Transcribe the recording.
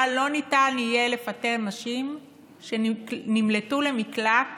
לא ניתן יהיה לפטר נשים שנמלטו למקלט